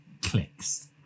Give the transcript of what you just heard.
clicks